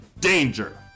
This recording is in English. DANGER